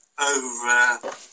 over